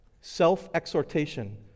Self-exhortation